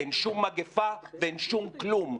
אין שום מגיפה ואין שום כלום.